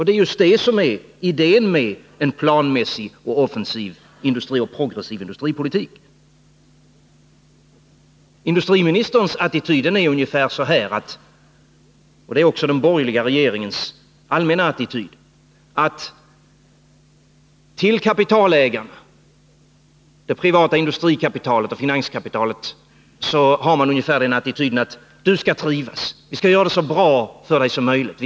Det är just det som är idén med en planmässig, offensiv och progressiv industripolitik. Industriministern — och även den borgerliga regeringen — har ungefär denna attityd till det privata industrikapitalet och finanskapitalet: Du skall trivas. Vi skall göra det så bra för dig som möjligt.